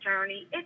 journey